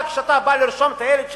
כשאתה בא לרשום את הילד שלך,